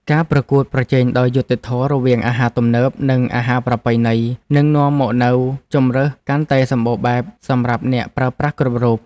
ការប្រកួតប្រជែងដោយយុត្តិធម៌រវាងអាហារទំនើប និងអាហារប្រពៃណីនឹងនាំមកនូវជម្រើសកាន់តែសម្បូរបែបសម្រាប់អ្នកប្រើប្រាស់គ្រប់រូប។